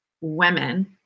women